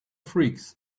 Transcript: freaks